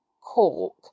cork